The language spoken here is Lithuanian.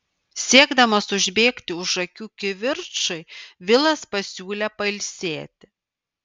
siekdamas užbėgti už akių kivirčui vilas pasiūlė pailsėti